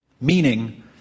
meaning